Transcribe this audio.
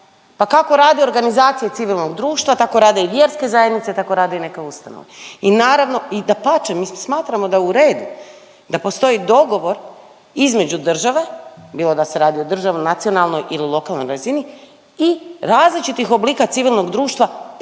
pa kako rade Organizacije civilnog društva, tako rade i vjerske zajednice, tako rade i neke ustanove i naravno i dapače mi smatramo da je u redu da postoji dogovor između države, bilo da se radi o državnoj, nacionalnoj ili lokalnoj razini, i različitih oblika civilnog društva, pa